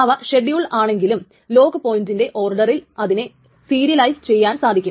അവ ഷെഡ്യൂൾ ആണെങ്കിലും ലോക്ക് പോയിൻറിന്റെ ഓർഡറിൽ അതിനെ സീരിയലൈസ് ചെയ്യാൻ സാധിക്കും